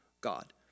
God